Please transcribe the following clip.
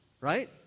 Right